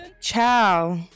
Ciao